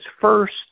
first